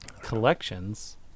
collections